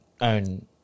own